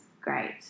great